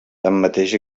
tanmateix